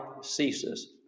ceases